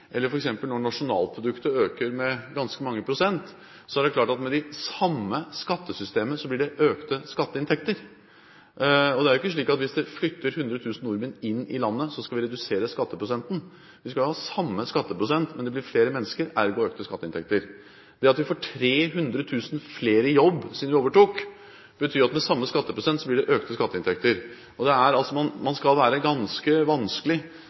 eller f.eks. når nasjonalproduktet øker med ganske mange prosent, er det klart at det med det samme skattesystemet blir økte skatteinntekter. Det er jo ikke slik at hvis det flytter 100 000 inn i landet, skal vi redusere skatteprosenten. Vi skal jo ha samme skatteprosent, men det blir flere mennesker, ergo økte skatteinntekter. Det at vi har fått 300 000 flere i jobb siden vi overtok, betyr at det med samme skatteprosent blir økte skatteinntekter. Man skal være ganske vanskelig for ikke å forstå at det